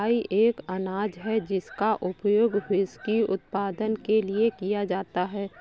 राई एक अनाज है जिसका उपयोग व्हिस्की उत्पादन के लिए किया जाता है